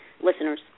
listeners